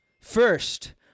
First